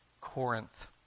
Corinth